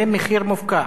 זה מחיר מופקע.